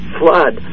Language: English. flood